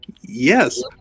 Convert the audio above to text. Yes